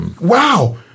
wow